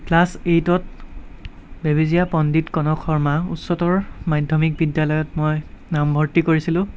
class এইটত বেবেজিয়া পণ্ডিত কণক শৰ্মা উচ্চতৰ মাধ্যমিক বিদ্যালয়ত মই নামভৰ্তি কৰিছিলোঁ